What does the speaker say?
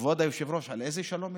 כבוד היושב-ראש, על איזה שלום מדובר,